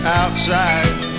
outside